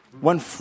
One